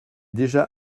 déjà